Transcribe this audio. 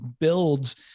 builds